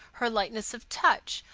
her lightness of touch,